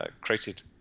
created